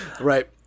Right